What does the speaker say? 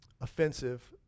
offensive